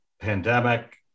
pandemic